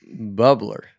bubbler